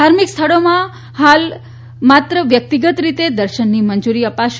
ધાર્મિક સ્થળો હાલ માત્ર હાલ માત્ર વ્યક્તિગત રીતે દર્શનની મંજુરી અપાશે